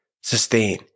sustain